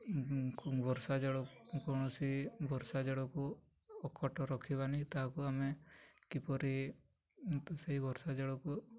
ବର୍ଷା ଜଳ କୌଣସି ବର୍ଷା ଜଳକୁ ଅକଟ ରଖିବାନି ତାହାକୁ ଆମେ କିପରି ସେଇ ବର୍ଷା ଜଳକୁ